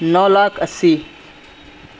نو لاکھ اسی